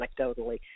anecdotally